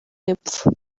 y’epfo